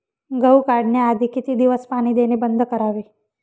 गहू काढण्याआधी किती दिवस पाणी देणे बंद करावे?